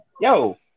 Yo